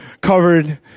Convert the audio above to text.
covered